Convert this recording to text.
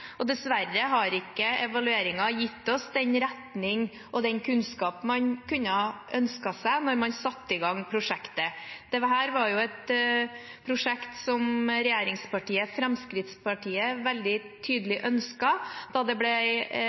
og dessverre har ikke evalueringen gitt oss den retning og den kunnskap man kunne ha ønsket seg da man satte i gang prosjektet. Dette var et prosjekt som regjeringspartiet Fremskrittspartiet veldig tydelig ønsket da det